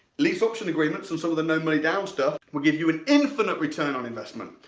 lease option agreements and some of the no money down stuff will give you an infinite return on investment.